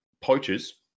poachers